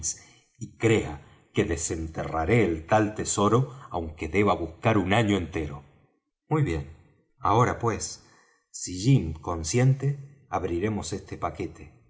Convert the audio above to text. y crea que desenterraré el tal tesoro aunque deba buscar un año entero muy bien ahora pues si jim consiente abriremos este paquete